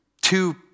two